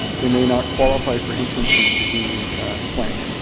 they may not qualify for entrance into the union plan.